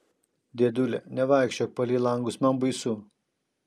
dėdule nevaikščiok palei langus man baisu